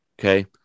okay